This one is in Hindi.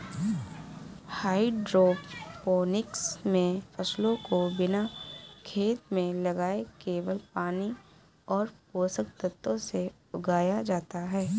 हाइड्रोपोनिक्स मे फसलों को बिना खेत में लगाए केवल पानी और पोषक तत्वों से उगाया जाता है